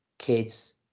kids